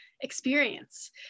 experience